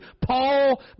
Paul